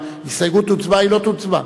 שההסתייגות תוצבע, היא לא תוצבע.